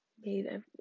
made